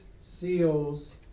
seals